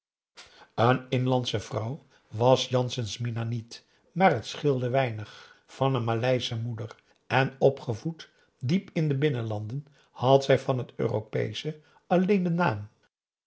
een inlandsche vrouw was jansen's mina niet maar het scheelde weinig van een maleische moeder en opgevoed diep in de binnenlanden had zij van het europeesche alleen den naam